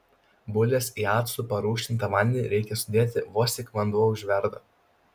bulves į actu parūgštintą vandenį reikia sudėti vos tik vanduo užverda